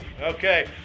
Okay